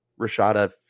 Rashada